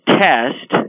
test